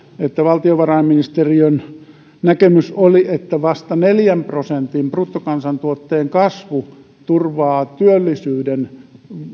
että valtiovarainministeriön näkemys oli että vasta neljän prosentin bruttokansantuotteen kasvu turvaa työllisyyden